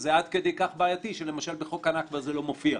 זה עד כדי כך בעייתי שלמשל בחוק הנכבה זה לא מופיע.